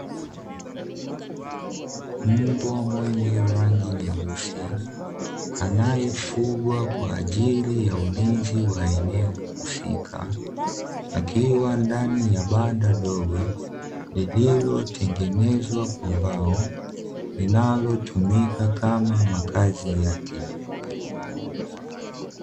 Mbwa mwenye rangi nyeusi, anayefugwa kwa ajili ya ulinzi wa eneo husika, akiwa ndani ya banda dogo lililotengenezwa kwa mbao, linalotumika kama makazi yake.